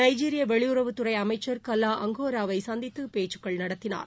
நைஜீரிய வெளியுறவுத்துறை அமைச்சர் கல்லா அங்கோராவை சந்தித்து பேச்சுக்கள் நடத்தினார்